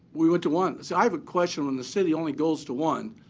we went to one see, i have a question when the city only goes to one